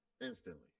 instantly